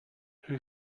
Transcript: who